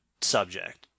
subject